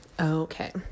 Okay